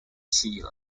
sea